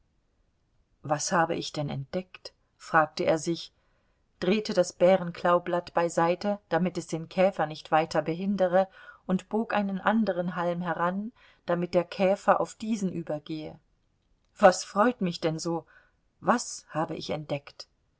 was habe ich denn entdeckt fragte er sich drehte das bärenklaublatt beiseite damit es den käfer nicht weiter behindere und bog einen anderen halm heran damit der käfer auf diesen übergehe was freut mich denn so was habe ich entdeckt